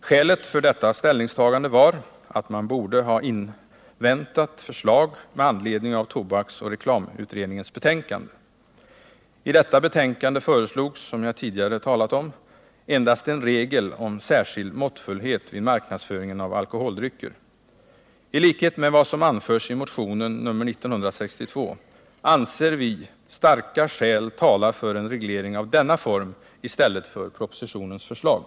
Skälet för detta ställningstagande var att man borde ha inväntat förslag med anledning av tobaksoch alkoholreklamutredningens betänkande. I detta betänkande föreslogs, som jag tidigare har talat om, endast en regel om ”särskild måttfullhet vid marknadsföring av alkoholdrycker”. I likhet med vad som anförs i motionen 1962 anser vi starka skäl tala för en reglering i denna form i stället för propositionens förslag.